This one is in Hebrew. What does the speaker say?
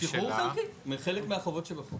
שחרור חלקי מחלק מהחובות שבחוק.